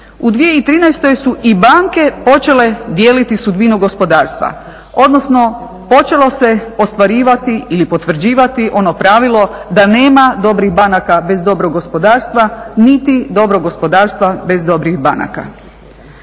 u 2013. su i banke počele dijeliti sudbinu gospodarstva, odnosno počelo se ostvarivati ili potvrđivati ono pravilo da nema dobrih banaka bez dobrog gospodarstva, niti dobrog gospodarstva bez dobrih banaka.